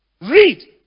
Read